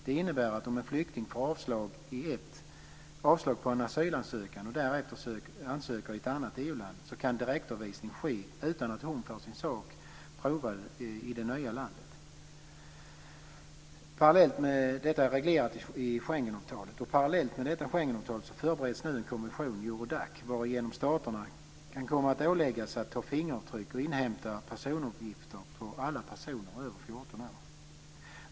Det innebär att om en flykting får avslag på en asylansökan och därefter ansöker i ett annat EU-land kan direktavvisning ske utan att hon får sin sak prövad i det nya landet. Detta är reglerat i Schengenavtalet. Parallellt med detta Schengenavtal förbereds nu en konvention, Eurodac, varigenom staterna kan komma att åläggas att ta fingeravtryck och inhämta personuppgifter på alla personer över 14 år.